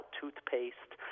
toothpaste